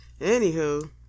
Anywho